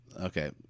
Okay